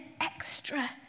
extra